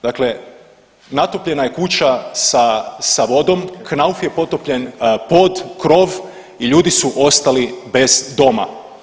Dakle, natopljena je kuća sa vodom, knauf je potopljen, pod, krov i ljudi su ostali bez doma.